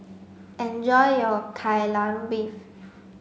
enjoy your Kai Lan Beef